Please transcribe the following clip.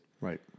right